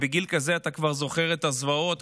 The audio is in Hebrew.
בגיל כזה אתה כבר זוכר את הזוועות,